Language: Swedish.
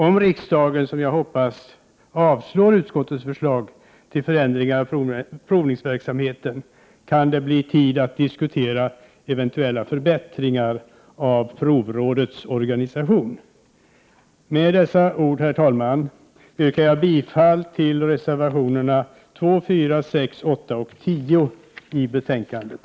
Om riksdagen, som jag hoppas, avslår utskottets förslag till förändringar av provningsverksamheten, kan det bli tid att diskutera eventuella förbättringar av provrådets organisation. Med dessa ord, herr talman, yrkar jag bifall till reservationerna 2, 4, 6, 8 och 10 i betänkandet.